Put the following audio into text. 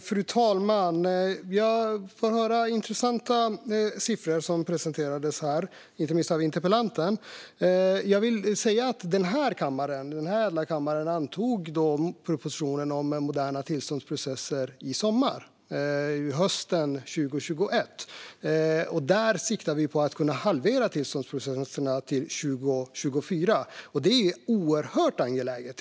Fru talman! Intressanta siffror presenteras här, inte minst av interpellanten. Den här kammaren antog i somras propositionen om moderna tillståndsprocesser. Under hösten 2021 har vi siktat på att halvera tillståndsprocesserna till 2024. Det är oerhört angeläget.